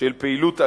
של פעילות אלימה,